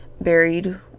buried